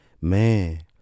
man